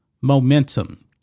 momentum